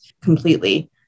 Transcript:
completely